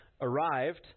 arrived